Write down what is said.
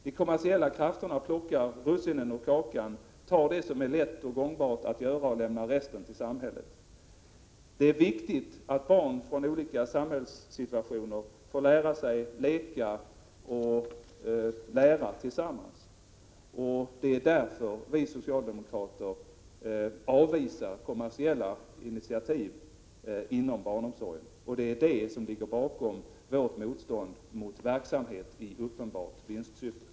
De kommersiella krafterna plockar russinen ur kakan, tar det som är lätt och gångbart att göra och lämnar resten till samhället. Det är viktigt att barn från olika samhällssituationer får leka och lära tillsammans. Det är därför vi socialdemokrater avvisar kommersiella initiativ inom barnomsorgen. Detta ligger bakom vårt motstånd mot verksamhet i uppenbart vinstsyfte.